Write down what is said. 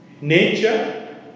Nature